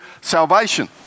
salvation